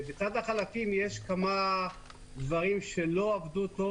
ובצד החלפים יש כמה דברים שלא עבדו טוב